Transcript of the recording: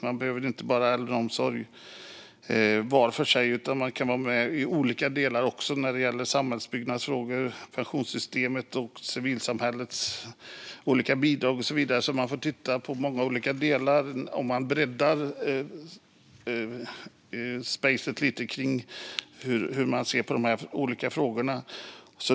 Det är inte bara äldreomsorg man behöver, utan det kan även handla om andra delar, som samhällsbyggnadsfrågor, pensionssystemet, civilsamhällets olika bidrag och så vidare. Det är alltså lämpligt att titta på många olika delar och bredda synen på dessa olika frågor.